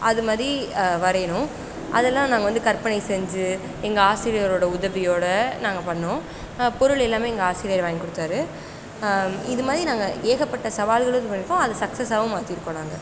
அதுமாதிரி வரையணும் அதெல்லாம் நாங்கள் வந்து கற்பனை செஞ்சு எங்கள் ஆசிரியரோடய உதவியோடு நாங்கள் பண்ணிணோம் பொருள் எல்லாமே எங்கள் ஆசிரியர் வாங்கி கொடுத்தாரு இதுமாதிரி நாங்கள் ஏகப்பட்ட சவால்களும் இது பண்ணியிருக்கோம் அதை சக்ஸஸாகவும் மாற்றிருக்கோம் நாங்கள்